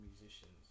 musicians